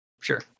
Sure